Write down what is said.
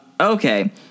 Okay